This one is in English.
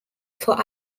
for